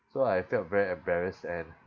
so I felt very embarrassed and